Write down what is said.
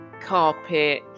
carpet